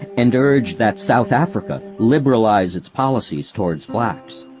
and urged that south africa liberalize its policies toward blacks.